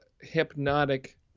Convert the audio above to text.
hypnotic